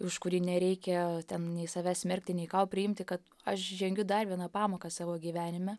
už kurį nereikia ten nei savęs smerkti nei ką o priimti kad aš žengiu dar vieną pamoką savo gyvenime